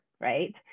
right